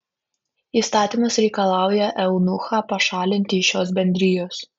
įstatymas reikalauja eunuchą pašalinti iš šios bendrijos